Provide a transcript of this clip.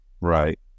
Right